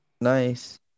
Nice